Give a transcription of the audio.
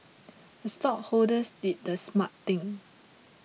the stockholders did the smart thing